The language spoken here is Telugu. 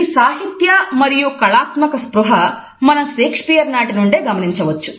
ఈ సాహిత్య మరియు కళాత్మక స్పృహ మనం షేక్స్పియర్ నాటినుండి గమనించవచ్చు